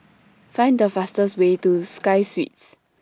Find The fastest Way to Sky Suites